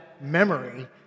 memory